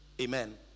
Amen